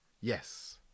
Yes